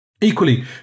Equally